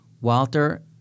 Walter